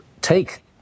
take